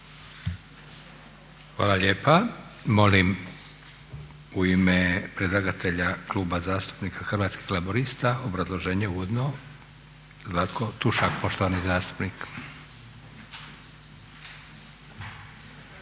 Hvala lijepa. Molim u ime predlagatelja Kluba zastupnika Hrvatskih laburista obrazloženje uvodno, Zlatko Tušak poštovani zastupnik.